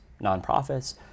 nonprofits